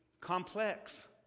complex